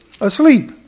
Asleep